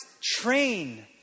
train